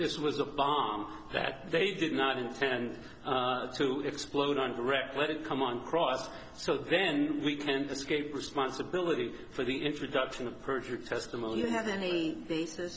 this was a bomb that they did not intend to explode on direct let it come on cross so then we came to scape responsibility for the introduction of perjured testimony